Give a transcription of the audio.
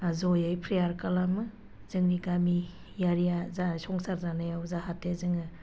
ज'यै प्रेयार खालामो जोंनि गामियारिआ जाहा संसार जानायाव जाहाथे जोङो